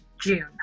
June